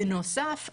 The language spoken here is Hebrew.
בנוסף,